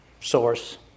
source